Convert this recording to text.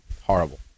horrible